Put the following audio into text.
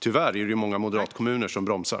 Tyvärr är det många moderatkommuner som bromsar.